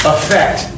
Effect